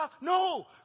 No